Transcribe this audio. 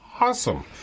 awesome